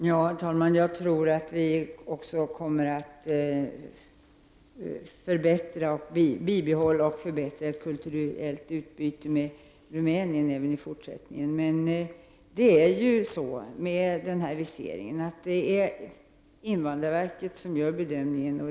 Herr talman! Jag tror att vi också kommer att bibehålla och förbättra ett kulturellt utbyte med Rumänien även i fortsättningen. Det är ju så med den här viseringen att det är invandrarverket som gör bedömningen.